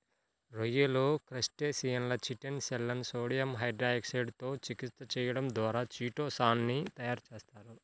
రొయ్యలు, క్రస్టేసియన్ల చిటిన్ షెల్లను సోడియం హైడ్రాక్సైడ్ తో చికిత్స చేయడం ద్వారా చిటో సాన్ ని తయారు చేస్తారు